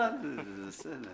אדוני, בבקשה.